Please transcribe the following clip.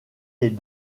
les